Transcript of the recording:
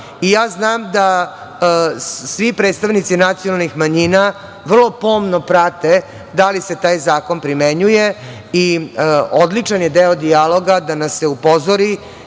i ja znam da svi predstavnici nacionalnih manjina vrlo pomno prate da li se taj zakon primenjuje i odličan je deo dijaloga da nas upozori